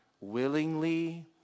willingly